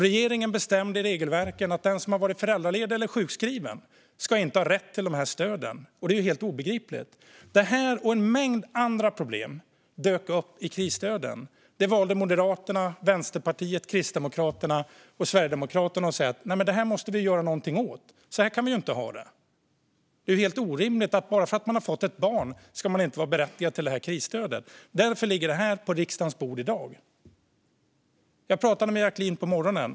Regeringen hade bestämt i regelverken att den som har varit föräldraledig eller sjukskriven inte ska ha rätt till stöd. Detta är helt obegripligt. Detta och en mängd andra problem dök upp i krisstöden. Där valde Moderaterna, Vänsterpartiet, Kristdemokraterna och Sverigedemokraterna att säga att något måste göras. Så kan det inte vara. Det är helt orimligt att bara för att man har fått barn ska man inte vara berättigad till krisstödet. Därför ligger det här förslaget på riksdagens bord i dag. Jag pratade med Jacquline nu på morgonen.